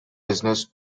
business